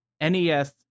NES